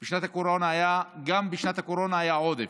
גם בשנת הקורונה היה עודף,